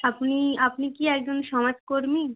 আপনি আপনি কি একজন সমাজকর্মী